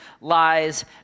lies